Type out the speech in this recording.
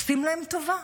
עושים להם טובה,